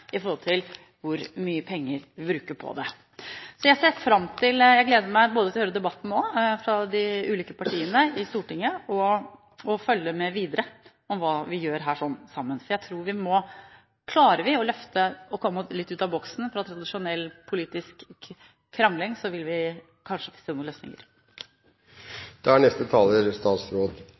i forhold til hvor mye penger vi bruker på det. Jeg gleder meg både til å høre debatten nå mellom de ulike partiene på Stortinget og til å følge med videre på hva vi gjør sammen. Jeg tror at om vi klarer å komme oss litt ut av boksen for tradisjonell politisk krangling, vil vi kanskje finne noen løsninger. Jeg vil i grunnen takke interpellanten for tilbakemeldingen på innlegget. Hun peker selv på det som egentlig er